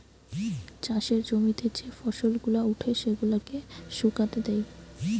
চাষের জমিতে যে ফসল গুলা উঠে সেগুলাকে শুকাতে দেয়